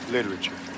Literature